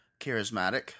charismatic